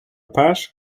paars